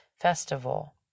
Festival